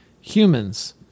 humans